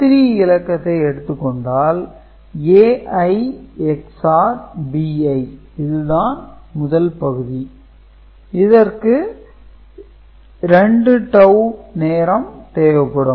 S3 இலக்கம் எடுத்துக்கொண்டால் Ai XOR Bi இது தான் முதல் பகுதி இதற்கு 2 டவூ நேரம் தேவைப்படும்